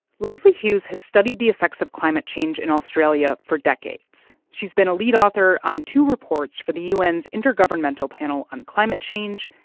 lesley hughes has studied the effects of climate change in australia for decades. she's been a lead author on two reports for the u n s intergovernmental panel on climate change,